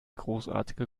großartige